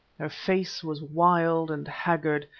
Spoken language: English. her face was wild and haggard,